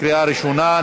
בקריאה ראשונה.